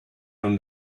from